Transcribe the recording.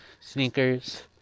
sneakers